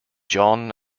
john